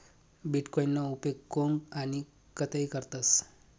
बीटकॉईनना उपेग कोन आणि कधय करतस